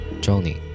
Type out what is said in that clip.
Johnny